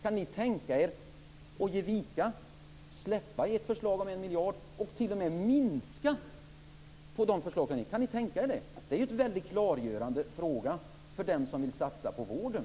Kan ni tänka er att ge vika, släppa ert förslag om 1 miljard och t.o.m. minska det? Kan ni tänka er det? Det är en väldigt klargörande fråga för den som vill satsa på vården.